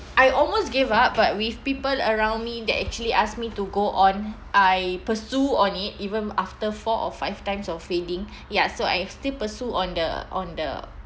I almost gave up but with people around me that actually asked me to go on I pursue on it even after four or five times of failing ya so I still pursue on the on the